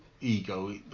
Ego